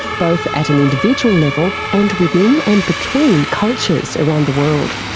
both at an individual level and within and between cultures around the world.